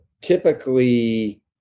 typically